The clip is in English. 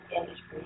industry